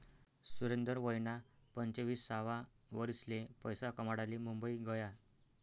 सुरेंदर वयना पंचवीससावा वरीसले पैसा कमाडाले मुंबई गया